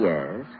Yes